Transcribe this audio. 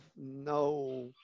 no